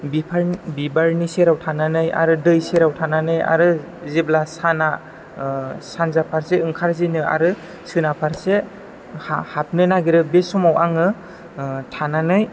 बिफांनि बिबारनि सेराव थानानै आरो दै सेराव थानानै आरो जेब्ला साना सानजा फार्से ओंखारजेनो आरो सोनाब फारसे हाबनो नागिरो बे समाव आङो थानानै